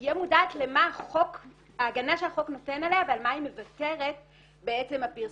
תהיה מודעת להגנה שהחוק נותן לה ועל מה היא מוותרת בעצם הפרסום,